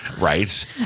Right